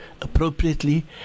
appropriately